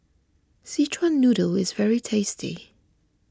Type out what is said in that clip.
Szechuan Noodle is very tasty